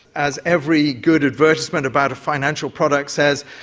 as every good advertisement about a financial product says,